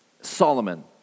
Solomon